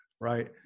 right